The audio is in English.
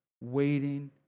waiting